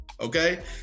okay